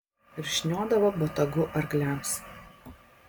ir šniodavo botagu arkliams